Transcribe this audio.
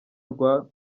rwa